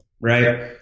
right